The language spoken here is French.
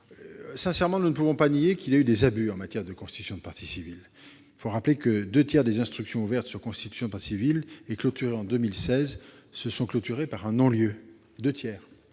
Sincèrement, nous ne pouvons pas nier qu'il y a eu des abus en matière de constitution de partie civile. Il faut rappeler que les deux tiers des instructions ouvertes sur constitution de partie civile et clôturées en 2016 l'ont été par un non-lieu. Ce n'est